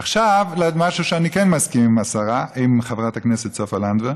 עכשיו למשהו שאני כן מסכים עם חברת הכנסת סופה לנדבר,